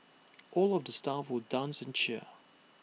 all of the staff will dance and cheer